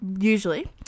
usually